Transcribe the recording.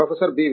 professor B